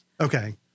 Okay